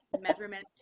measurement